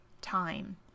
time